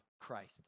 Christ